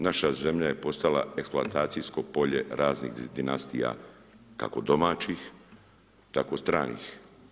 Naša zemlja je postala eksploatacijsko polje raznih dinastija, kako domaćih, tako stranih.